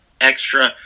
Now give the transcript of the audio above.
extra